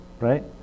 Right